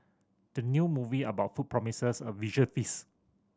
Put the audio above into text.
the new movie about food promises a visual feast